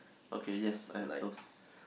okay yes I have those